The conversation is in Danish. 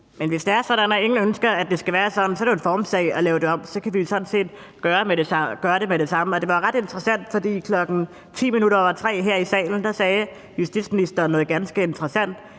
Men hvis det er sådan, at ingen ønsker, at det skal være sådan, så er det jo en formssag at lave det om. Så kan vi jo sådan set gøre det med det samme. Der var noget ret interessant. Kl. 15.10 sagde justitsministeren her i salen noget ganske interessant,